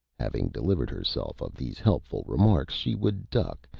having delivered herself of these helpful remarks she would duck,